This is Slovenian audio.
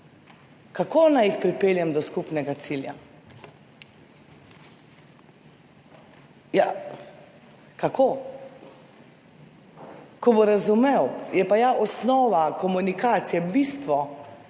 Kako naj jih pripeljem do skupnega cilja? Ja, kako? Razumeti je pa ja osnova komunikacije. Bistvo